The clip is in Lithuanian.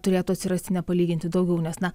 turėtų atsirasti nepalyginti daugiau nes na